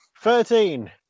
Thirteen